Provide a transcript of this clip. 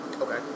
Okay